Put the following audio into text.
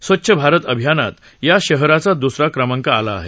स्वच्छ भारत अभियानात या शहराचा द्रसरा क्रमांक आला आहे